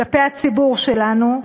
כלפי הציבור שלנו,